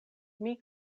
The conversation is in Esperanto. kaj